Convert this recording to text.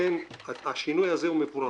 לכן השינוי הזה הוא מבורך.